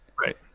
Right